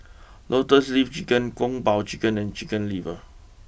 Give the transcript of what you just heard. Lotus leaf Chicken Kung Po Chicken and Chicken liver